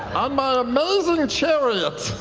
on my amazing chariot,